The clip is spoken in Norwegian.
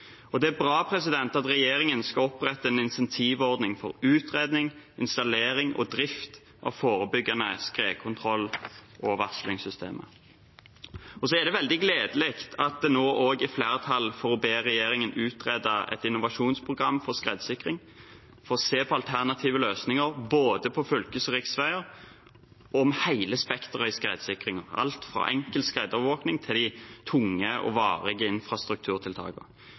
Og det er bra at regjeringen skal opprette en insentivordning for utredning, installering og drift av forebyggende skredkontrollanlegg og varslingssystemer. Så er det veldig gledelig at det nå også er flertall for å be regjeringen utrede et innovasjonsprogram for skredsikring for å se på alternative løsninger både på fylkesveier og riksveier og hele spekteret i skredsikringen, alt fra enkel skredovervåkning til de tunge og varige